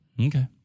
Okay